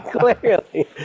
Clearly